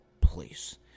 please